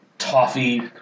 Toffee